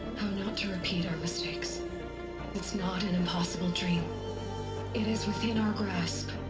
how not to repeat our mistakes it's not an impossible dream it is within our grasp.